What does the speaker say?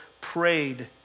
prayed